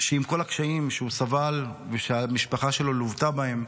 שעם כל הקשיים שהוא סבל, שהמשפחה שלו לוותה בהם,